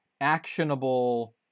actionable